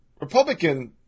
Republican